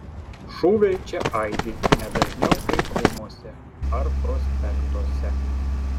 šūviai čia aidi ne dažniau kaip rūmuose ar prospektuose